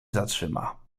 zatrzyma